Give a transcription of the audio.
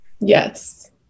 Yes